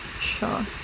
sure